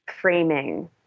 framing